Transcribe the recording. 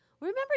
remember